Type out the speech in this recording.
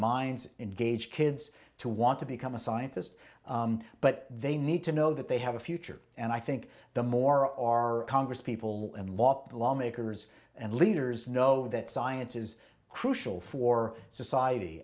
minds engage kids to want to become a scientist but they need to know that they have a few and i think the more our congresspeople and law lawmakers and leaders know that science is crucial for society